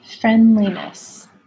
friendliness